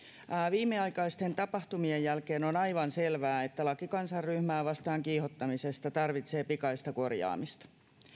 viimeaikaisten tapahtumien jälkeen on aivan selvää että laki kansanryhmää vastaan kiihottamisesta tarvitsee pikaista korjaamista